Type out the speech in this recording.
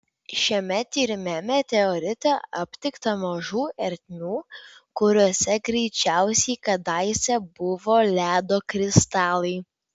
šiame tyrime meteorite aptikta mažų ertmių kuriose greičiausiai kadaise buvo ledo kristalai